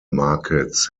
markets